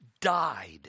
died